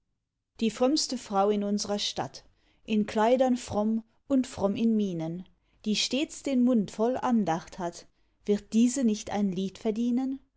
die frömmste frau in unsrer stadt in kleidern fromm und fromm in mienen die stets den mund voll andacht hat wird diese nicht ein lied verdienen